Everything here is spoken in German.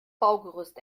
baugerüst